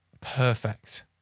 perfect